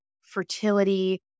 fertility